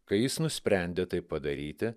kai jis nusprendė tai padaryti